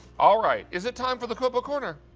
all right is it time for the cook book corner,